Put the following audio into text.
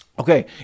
Okay